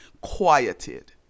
quieted